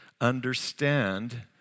understand